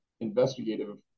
investigative